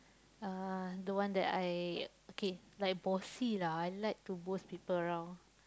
uh the one that I okay like bossy lah I like to boss people around